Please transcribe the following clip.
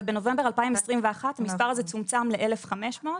ובנובמבר 2021 המספר הזה צומצם ל-1,500.